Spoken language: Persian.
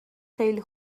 خیلی